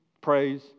praise